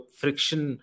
friction